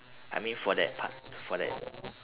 I mean for that part for that